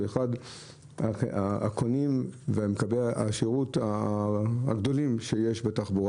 הוא אחד ממקבלי השירות הגדולים שיש בתחבורה